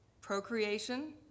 Procreation